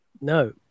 No